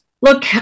Look